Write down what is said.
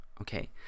Okay